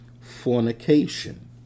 fornication